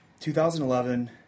2011